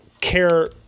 care